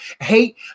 hate